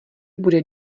bude